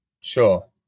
Sure